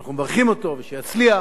ואנחנו מברכים אותו, ושיצליח,